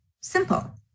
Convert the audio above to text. simple